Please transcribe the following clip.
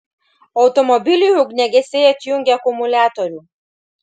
automobiliui ugniagesiai atjungė akumuliatorių